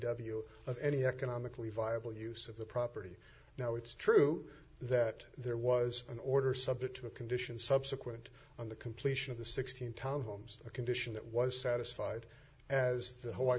w of any economically viable use of the property now it's true that there was an order subject to a condition subsequent on the completion of the sixteen townhomes a condition that was satisfied as the hawaii